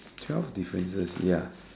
twelve differences ya